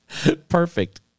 Perfect